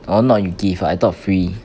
orh not you give ah I thought free